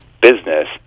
business